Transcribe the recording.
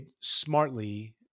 smartly